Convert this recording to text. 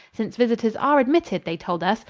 since visitors are admitted, they told us,